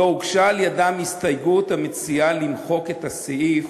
לא הוגשה על-ידם הסתייגות המציעה למחוק את הסעיף